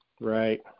Right